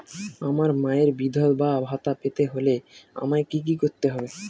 আমার মায়ের বিধবা ভাতা পেতে হলে আমায় কি কি করতে হবে?